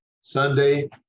Sunday